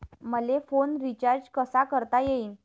मले phone recharge कसा करता येईन?